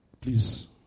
Please